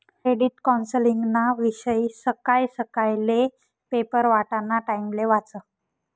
credit कौन्सलिंगना विषयी सकाय सकायले पेपर वाटाना टाइमले वाचं